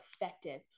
effective